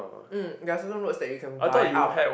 mm there are certain roads that you can buyout